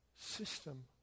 system